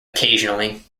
occasionally